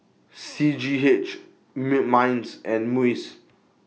C G H M Minds and Muis